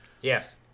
Yes